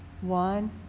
one